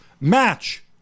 Match